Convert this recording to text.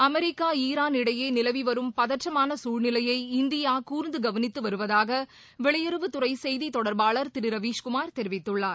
America Iran இடையேநிலவிவரும் பதற்றமானசூழ்நிலையை இந்தியாகூர்ந்துகவனித்துவருவதாகவெளியுறவுத்துறைசெய்திதொடர்பாளர் திருரவீஸ்குமார் தெரிவித்துள்ளார்